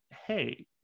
Hey